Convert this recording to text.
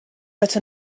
that